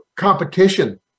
competition